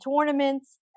tournaments